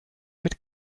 mit